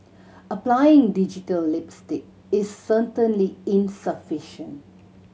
applying digital lipstick is certainly insufficient